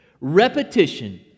Repetition